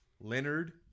Leonard